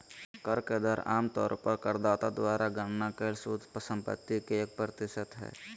कर के दर आम तौर पर करदाता द्वारा गणना कइल शुद्ध संपत्ति के एक प्रतिशत हइ